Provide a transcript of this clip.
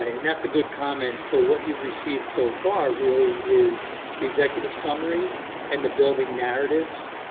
ah and that's a good comment. so what you've received so far really is the executive summary and the building narratives,